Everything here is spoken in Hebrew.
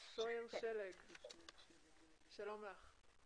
שלום לך.